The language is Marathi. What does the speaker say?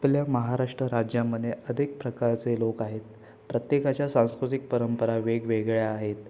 आपल्या महाराष्ट्र राज्यामध्ये अनेक प्रकारचे लोक आहेत प्रत्येकाच्या सांस्कृतिक परंपरा वेगवेगळ्या आहेत